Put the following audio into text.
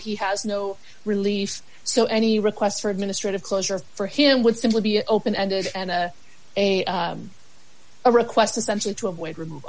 he has no relief so any request for administrative closure for him would simply be open ended and a request essentially to avoid remov